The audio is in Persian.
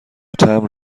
تمبر